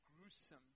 gruesome